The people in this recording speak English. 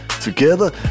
Together